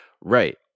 right